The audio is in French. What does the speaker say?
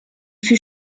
fut